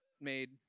made